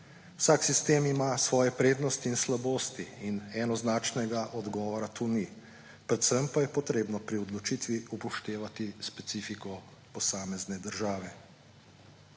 Vsak sistem ima svoje prednosti in slabosti in enoznačnega odgovora tu ni, predvsem pa je potrebno pri odločitvi upoštevati specifiko posamezne države.